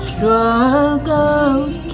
Struggles